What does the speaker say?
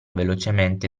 velocemente